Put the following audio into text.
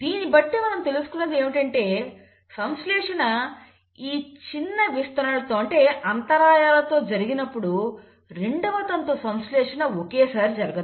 దీన్నిబట్టి మనం తెలుసుకునేది ఏమిటంటే సంశ్లేషణ ఈ చిన్న విస్తరణలలో అంటే అంతరాయాలతో జరిగినప్పుడు రెండవ తంతు సంశ్లేషణ ఒకేసారిగా జరగదు